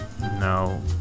No